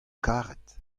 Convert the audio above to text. karet